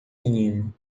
menino